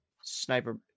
Sniper